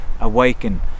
awaken